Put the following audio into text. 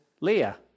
Leah